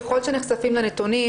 ככל שנחשפים לנתונים,